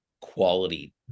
quality